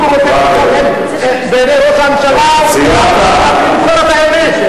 הוא פשוט עריק, כנראה הוא מאוד נהנה.